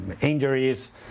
injuries